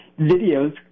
videos